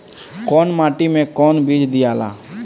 कौन माटी मे कौन बीज दियाला?